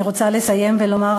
אני רוצה לסיים ולומר,